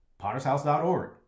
pottershouse.org